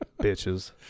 Bitches